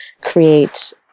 create